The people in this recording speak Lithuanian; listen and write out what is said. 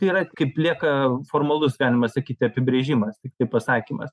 tai yra kaip lieka formalus galima sakyti apibrėžimas tiktai pasakymas